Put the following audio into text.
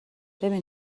ببین